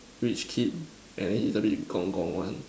rich kid and then is a bit Gong-Gong one